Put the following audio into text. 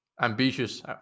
ambitious